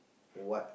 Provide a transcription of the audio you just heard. what